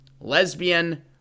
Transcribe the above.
lesbian